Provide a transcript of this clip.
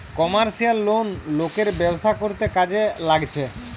commercial loan লোকের ব্যবসা করতে কাজে লাগছে